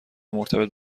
مرتبط